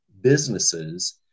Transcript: businesses